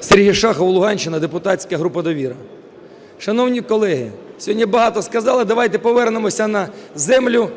Сергій Шахов, Луганщина, депутатська група "Довіра". Шановні колеги, сьогодні багато сказали, давайте повернемося на землю